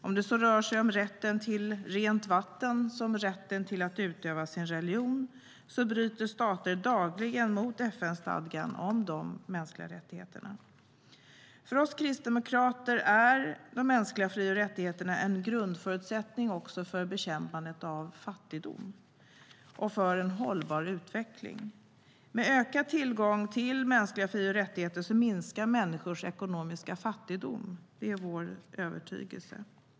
Om det så rör sig om rätten till rent vatten eller rätten att utöva sin religion bryter stater dagligen mot FN-stadgan om de mänskliga rättigheterna. För oss kristdemokrater är de mänskliga fri och rättigheterna en grundförutsättning för bekämpandet av fattigdom och för en hållbar utveckling. Med ökad tillgång till mänskliga fri och rättigheter minskar människors ekonomiska fattigdom. Det är vår övertygelse.